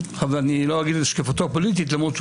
אני לא אגיד מה הייתה השקפתו הפוליטית למרות שהוא